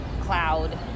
cloud